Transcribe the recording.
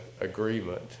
agreement